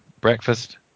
breakfast